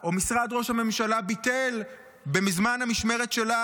או משרד ראש הממשלה ביטל בזמן המשמרת שלה